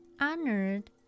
Honored